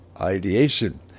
ideation